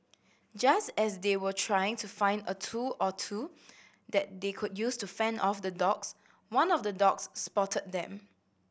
just as they were trying to find a tool or two that they could use to fend off the dogs one of the dogs spotted them